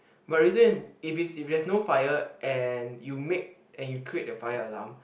but reason if it's if there's no fire and you make and you create the fire alarm